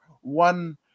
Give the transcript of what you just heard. one